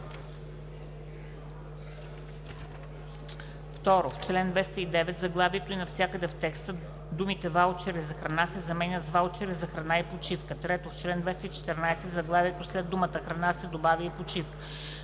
2. в чл. 209 в заглавието и навсякъде в текста думите „ваучери за храна“ се заменят с „ваучери за храна и почивка“; 3. в чл. 214, в заглавието след думата „храна“ се добавя „и почивка“;